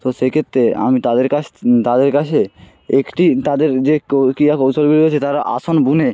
তো সেই ক্ষেত্রে আমি তাদের কাস তাদের কাছে একটি তাদের যে ক ক্রিয়া কৌশলগুলো রয়েছে তারা আসন বুনে